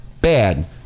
bad